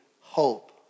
hope